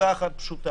מסיבה אחת פשוטה: